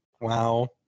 Wow